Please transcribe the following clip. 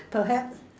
perhaps